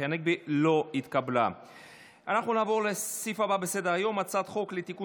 אנחנו נעבור לסעיף הבא בסדר-היום: הצעת חוק לתיקון